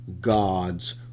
God's